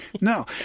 No